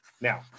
Now